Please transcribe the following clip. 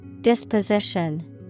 Disposition